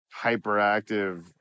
hyperactive